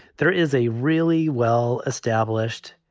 there is a really well established,